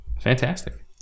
Fantastic